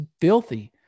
filthy